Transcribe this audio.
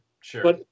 sure